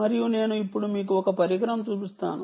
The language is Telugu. మరియు నేను ఇప్పుడు మీకు ఒక పరికరంచూపిస్తాను